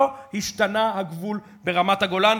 לא השתנה הגבול ברמת-הגולן,